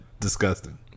Disgusting